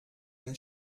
dem